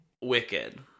Wicked